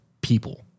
people